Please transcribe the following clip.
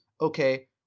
okay